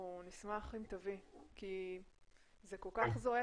נשמח אם תביא, כי זה כל כך זועק.